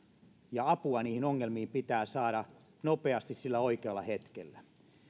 ja apua niihin ongelmiin pitää saada nopeasti sillä oikealla hetkellä